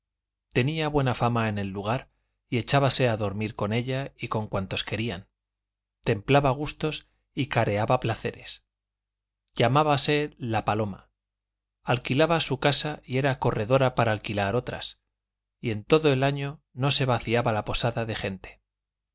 tenía buena fama en el lugar y echábase a dormir con ella y con cuantos querían templaba gustos y careaba placeres llamábase la paloma alquilaba su casa y era corredora para alquilar otras en todo el año no se vaciaba la posada de gente